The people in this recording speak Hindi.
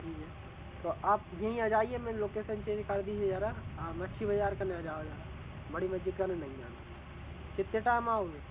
ठीक है तो अप यहीं आ जाइए मै लोकेशन चेंज कर दीजिए जरा मछी बाजार कने आ जाओ जरा बड़ी मस्जिद कने नहीं आना कितने टाइम में आओगे